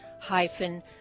hyphen